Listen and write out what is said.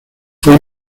fue